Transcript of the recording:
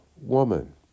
woman